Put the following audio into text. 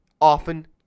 often